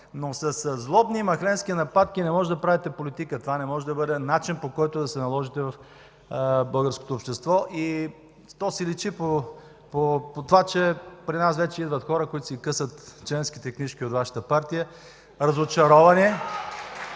но със злобни махленски нападки не може да правите политика. Това не може да бъде начин, по който да се наложите в българското общество и то си личи по това, че при нас вече идват хора, които си късат членските книжки от Вашата партия. Разочаровани!